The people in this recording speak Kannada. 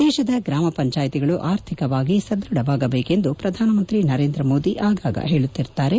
ದೇಶದ ಗ್ರಾಮ ಪಂಚಾಯಿತಿಗಳು ಆರ್ಥಿಕವಾಗಿ ಸದ್ಗಢವಾಗಬೇಕೆಂದು ಪ್ರಧಾನಮಂತ್ರಿ ನರೇಂದ್ರ ಮೋದಿ ಅವರು ಆಗಾಗ ಹೇಳುತ್ತಿರುತ್ತಾರೆ